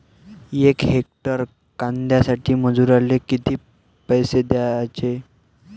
यक हेक्टर कांद्यासाठी मजूराले किती पैसे द्याचे?